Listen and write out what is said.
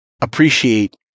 appreciate